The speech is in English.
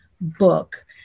book